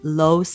low